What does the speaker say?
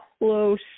close